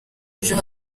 ejo